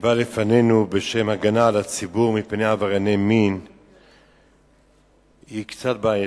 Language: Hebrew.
שהובאה לפני בשם הגנה על הציבור מפני עברייני מין היא קצת בעייתית.